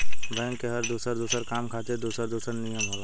bank के हर दुसर दुसर काम खातिर दुसर दुसर नियम होला